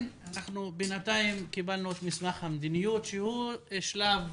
בינתיים קיבלנו את מסמך המדיניות שהוא שלב